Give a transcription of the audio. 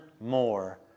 more